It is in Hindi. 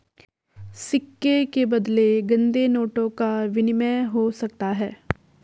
सिक्के के बदले गंदे नोटों का विनिमय हो सकता है